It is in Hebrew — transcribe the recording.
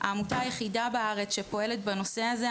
העמותה היחידה בארץ שפועלת בנושא הזה.